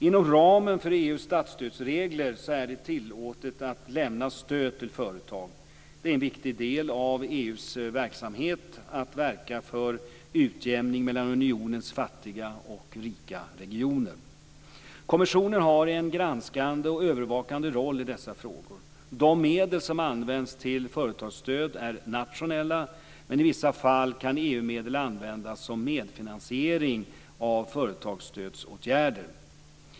Inom ramen för EU:s statsstödsregler är det tillåtet att lämna stöd till företag. Det är en viktig del av EU:s verksamhet att verka för utjämning mellan unionens fattiga och rika regioner. Kommissionen har en granskande och övervakande roll i dessa frågor. De medel som används till företagsstöd är nationella, men i vissa fall kan EU-medel användas som medfinansiering av företagsstödsåtgärder.